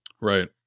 Right